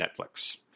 netflix